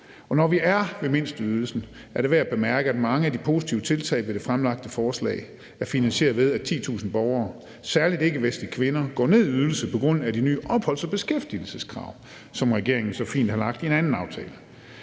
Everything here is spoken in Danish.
når vi er ved mindsteydelsen, er det værd at bemærke, at mange af de positive tiltag ved det fremsatte forslag er finansieret, ved at 10.000 borgere, særlig ikkevestlige kvinder, går ned i ydelse på grund af de nye opholds- og beskæftigelseskrav, som regeringen så fint har lagt i en anden aftale.